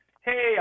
Hey